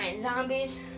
zombies